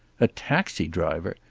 a taxi driver!